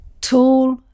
Tall